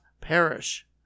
perish